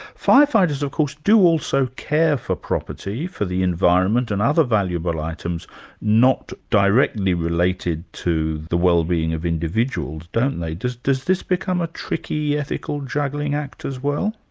firefighters of course do also care for property, for the environment and other valuable items not directly related to the wellbeing of individuals, don't they? does does this become a tricky ethical juggling act as well?